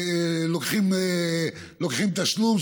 לוקחים תשלום,